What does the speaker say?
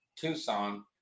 Tucson